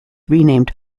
renamed